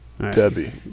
Debbie